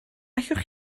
allwch